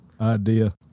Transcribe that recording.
idea